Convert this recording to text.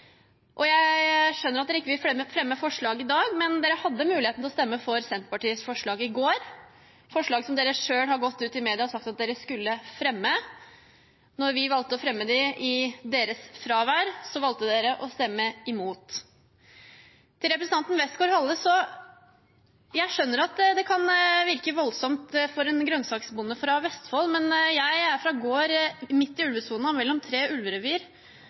Jeg skjønner at de ikke vil fremme forslag i dag, men de hadde muligheten til å stemme for Senterpartiets forslag i går – forslag de selv har gått ut i mediene og sagt at de skulle fremme. Da vi valgte å fremme det i Fremskrittspartiets fravær av dette, valgte de å stemme imot. Til representanten Westgaard-Halle: Jeg skjønner at det kan virke voldsomt for en grønnsaksbonde fra Vestfold. Men jeg er fra en gård midt i ulvesonen mellom tre ulverevir,